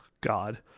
God